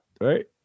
right